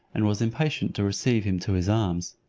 and was impatient to receive him to his arms.